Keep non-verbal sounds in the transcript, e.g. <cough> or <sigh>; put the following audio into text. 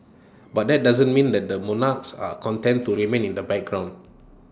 <noise> but that doesn't mean that the monarchs are content <noise> to remain in the background